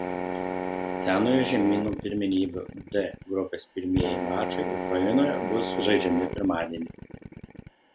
senojo žemyno pirmenybių d grupės pirmieji mačai ukrainoje bus žaidžiami pirmadienį